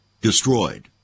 destroyed